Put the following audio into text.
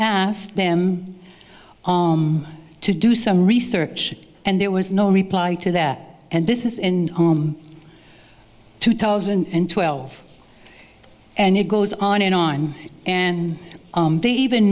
asked them to do some research and there was no reply to that and this is in two thousand and twelve and it goes on and on and they even